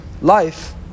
life